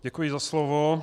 Děkuji za slovo.